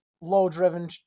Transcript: low-driven